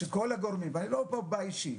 אני לא מדבר פה באופן אישי.